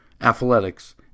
athletics